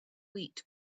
wheat